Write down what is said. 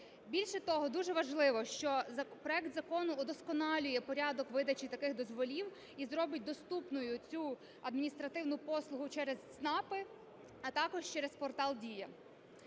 Більше того, дуже важливо, що проект закону удосконалює порядок видачі таких дозволів і зробить доступною цю адміністративну послугу через ЦНАПи, а також через портал "Дія".